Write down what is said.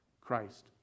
Christ